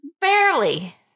Barely